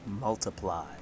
Multiply